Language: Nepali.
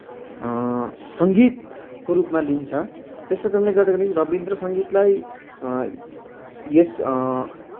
सङ्गीतको रूपमा लिन्छ त्यस्तो करणले गर्दाखेरि रविन्द्र सङ्गीतलाई यस